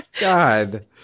god